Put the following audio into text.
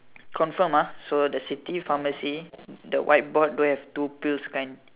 confirm ah so the city pharmacy the white board don't have two pills kind